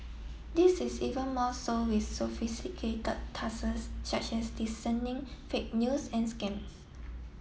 this is even more so with sophisticated tasks such as discerning fake news and scams